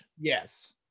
yes